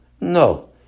No